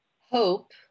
Hope